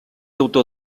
autor